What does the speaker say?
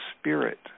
spirit